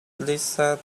lisa